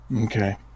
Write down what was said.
Okay